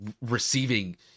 receiving